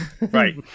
Right